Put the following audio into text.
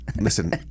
Listen